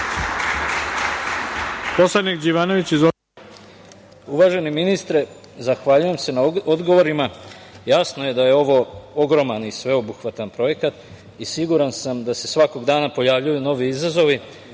Uvaženi ministre, zahvaljujem se na odgovorima. Jasno je da je ovo ogroman i sveobuhvatan projekat i siguran sam da se svakog dana pojavljuju novi izazovi,